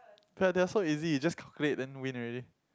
but they are so easy you just calculate then win already